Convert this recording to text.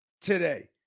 today